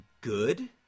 good